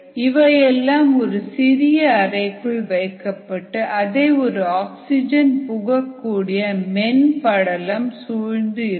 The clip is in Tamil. இவையெல்லாம் ஒரு சிறிய அறைக்குள் வைக்கப்பட்டு அதை ஒரு ஆக்சிஜன் புகக் கூடிய மென் படலம் சூழ்ந்து உள்ளது